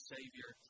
Savior